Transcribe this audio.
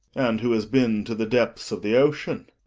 and who has been to the depths of the ocean?